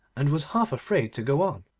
and was half afraid to go on.